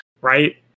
right